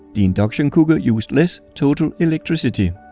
the induction cooker used less total electricity.